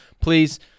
please